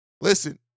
Listen